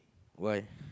why